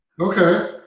Okay